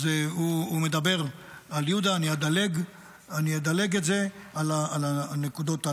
אז הוא מדבר על יהודה, אני אדלג על הנקודות הללו,